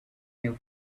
new